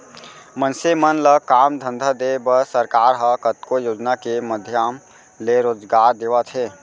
मनसे मन ल काम धंधा देय बर सरकार ह कतको योजना के माधियम ले रोजगार देवत हे